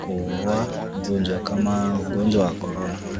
kuwa mgonjwa kama ugonjwa wa Corona.